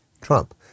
Trump